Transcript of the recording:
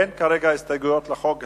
אין כרגע הסתייגויות לחוק הזה.